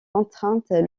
contraintes